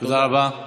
תודה רבה.